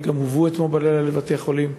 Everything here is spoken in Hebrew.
וגם הובאו בלילה לבתי-החולים.